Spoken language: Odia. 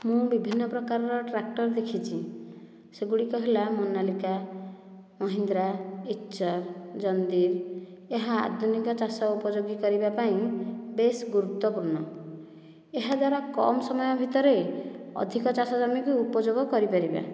ମୁଁ ବିଭିନ୍ନ ପ୍ରକାରର ଟ୍ରାକ୍ଟର ଦେଖିଛି ସେଗୁଡ଼ିକ ହେଲା ମୋନାଲିକା ମହିନ୍ଦ୍ରା ଇଚର ଜନ୍ଦିର୍ ଏହା ଆଧୁନିକ ଚାଷ ଉପଯୋଗୀ କରିବା ପାଇଁ ବେସ୍ ଗୁରୁତ୍ୱ ପୂର୍ଣ୍ଣ ଏହା ଦ୍ୱାରା କମ ସମୟ ଭିତରେ ଅଧିକ ଚାଷ ଜମି କୁ ଉପଯୋଗ କରିପାରିବେ